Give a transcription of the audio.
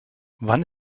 wann